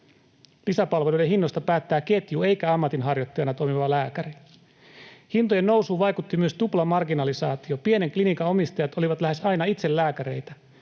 Lisäpalveluiden hinnoista päättää ketju, eikä ammatinharjoittajana toimiva lääkäri. Hintojen nousuun vaikutti myös tuplamarginalisaatio. Pienen klinikan omistajat olivat lähes aina itse lääkäreitä.